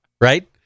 right